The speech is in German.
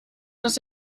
das